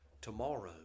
tomorrow